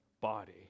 body